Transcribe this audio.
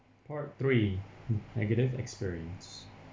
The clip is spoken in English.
part three negative experience